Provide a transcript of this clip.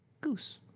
goose